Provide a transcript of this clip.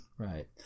Right